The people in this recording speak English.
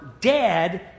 dead